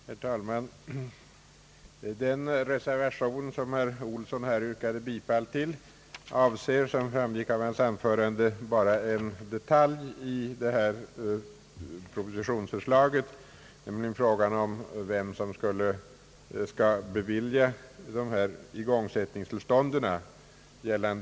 Herr talman! Den reservation som herr Ebbe Ohlsson yrkade bifall till avser, såsom framgick av hans anförande, bara en detalj i föreliggande propositionsförslag, nämligen frågan om vem som skall bevilja igångsättningstillstånd.